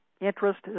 interest